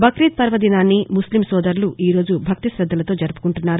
బక్రీద్ వర్వదినాన్ని ముస్లిం సోదరులు ఈ రోజు భక్తి శద్దలతో జరుపుకుంటున్నారు